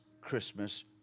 Christmas